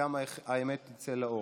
וגם האמת תצא לאור.